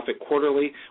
Quarterly